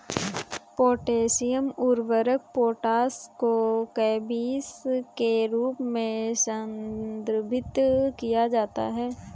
potassium उर्वरक potash को केबीस के रूप में संदर्भित किया जाता है